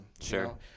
Sure